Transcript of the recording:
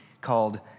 called